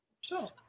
Sure